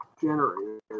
generator